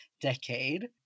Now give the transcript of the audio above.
decade